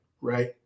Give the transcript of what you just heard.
right